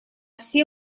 все